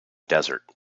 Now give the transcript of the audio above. desert